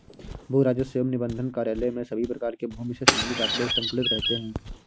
भू राजस्व एवं निबंधन कार्यालय में सभी प्रकार के भूमि से संबंधित आंकड़े संकलित रहते हैं